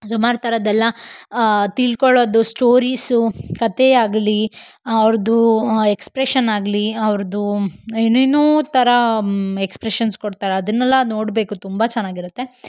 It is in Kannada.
ಸುಮಾರು ಥರದ್ದೆಲ್ಲ ತಿಳ್ಕೊಳ್ಳೋದು ಸ್ಟೋರೀಸು ಕಥೆ ಆಗಲಿ ಅವ್ರದು ಎಕ್ಸ್ಪ್ರೆಷನ್ ಆಗಲಿ ಅವ್ರದು ಏನೇನೋ ಥರ ಎಕ್ಸ್ಪ್ರೆಷನ್ಸ್ ಕೊಡ್ತಾರೆ ಅದನ್ನೆಲ್ಲ ನೋಡಬೇಕು ತುಂಬ ಚೆನ್ನಾಗಿರತ್ತೆ